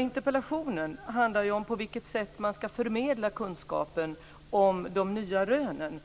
Interpellationen handlar om på vilket sätt man ska förmedla kunskapen om de nya rönen.